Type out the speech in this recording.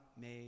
made